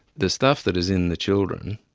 the stuff that is in the children,